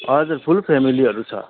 हजुर फुल फ्यामिलीहरू छ